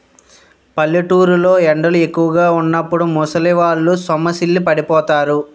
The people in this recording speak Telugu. పల్లెటూరు లో ఎండలు ఎక్కువుగా వున్నప్పుడు ముసలివాళ్ళు సొమ్మసిల్లి పడిపోతారు